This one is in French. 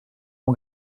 mon